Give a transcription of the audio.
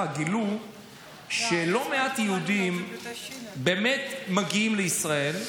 גילו שלא מעט יהודים באמת מגיעים לישראל,